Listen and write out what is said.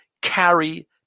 carry